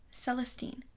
Celestine